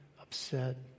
upset